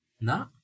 No